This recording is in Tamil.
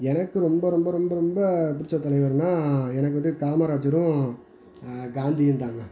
எனக்கு ரொம்ப ரொம்ப ரொம்ப ரொம்ப பிடிச்ச தலைவருன்னா எனக்கு வந்து காமராஜரும் காந்தியும்தாங்க